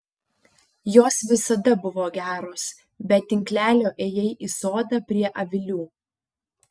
jos visada buvo geros be tinklelio ėjai į sodą prie avilių